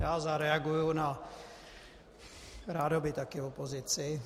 Já zareaguji na rádoby také opozici.